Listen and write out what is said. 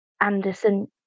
Anderson